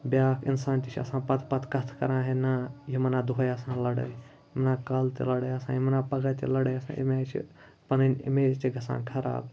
بیٛاکھ اِنسان تہِ چھِ آسان پَتہٕ پَتہٕ کَتھٕ کَران ہے نہ یِمَن ہہ دۄہَے آسان لَڑٲے یِمَن ہہ کالہٕ تہِ لَڑٲے آسان یِمَن ہہ پَگاہ تہِ لَڑٲے آسان امہِ آے چھِ پَنٕنۍ اِمیج تہِ گژھان خراب